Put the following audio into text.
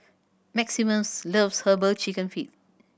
Maximus loves Herbal Chicken Feet